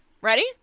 Ready